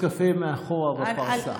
כוס קפה מאחור בפרסה.